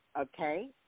Okay